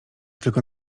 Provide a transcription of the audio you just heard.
tylko